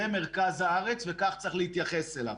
זה מרכז הארץ וכך צריך להתייחס אליו.